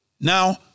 Now